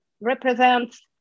represents